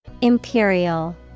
Imperial